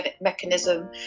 mechanism